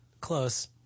Close